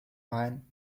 wine